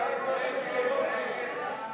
מסדר-היום את הצעת חוק חובת המכרזים (תיקון,